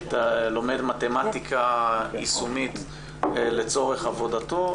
לומד מתמטיקה יישומית לצורך עבודתו,